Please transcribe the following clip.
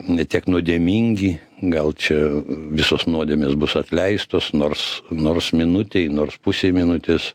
ne tiek nuodėmingi gal čia visos nuodėmės bus atleistos nors nors minutei nors pusei minutės